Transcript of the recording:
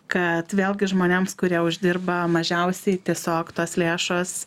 kad vėlgi žmonėms kurie uždirba mažiausiai tiesiog tos lėšos